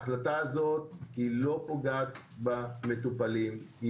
ההחלטה הזו לא פוגעת במטופלים.